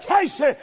Casey